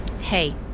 Hey